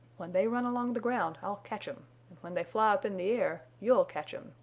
when they run along the ground i'll catch em, and when they fly up in the air you'll catch em,